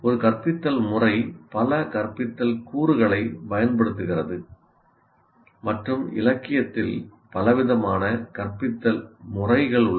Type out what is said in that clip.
ஒரு கற்பித்தல் முறை பல கற்பித்தல் கூறுகளைப் பயன்படுத்துகிறது மற்றும் இலக்கியத்தில் பலவிதமான கற்பித்தல் முறைகள் உள்ளன